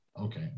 Okay